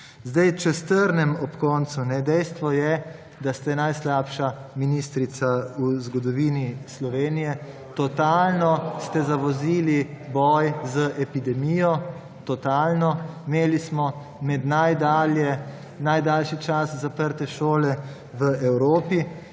Če strnem ob koncu. Dejstvo je, da ste najslabša ministrica v zgodovini Slovenije. Totalno ste zavozili boj z epidemijo, totalno. Imeli smo najdaljši čas zaprte šole v Evropi,